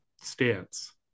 stance